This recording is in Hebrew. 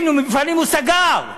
מפעלים הוא סגר.